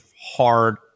hard